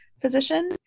position